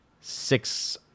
six